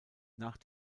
nach